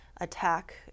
attack